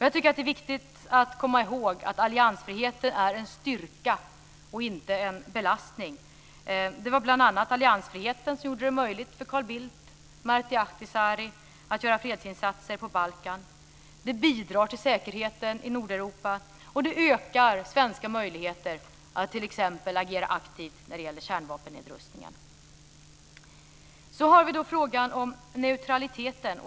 Jag tycker att det är viktigt att komma ihåg att alliansfriheten är en styrka och inte en belastning. Det var bl.a. alliansfriheten som gjorde det möjligt för Carl Bildt och Martti Ahtisaari att göra fredsinsatser på Balkan. Den bidrar till säkerheten i Nordeuropa, och den ökar möjligheterna för Sverige att t.ex. agera aktivt när det gäller kärnvapennedrustningen. Sedan har vi då frågan om neutraliteten.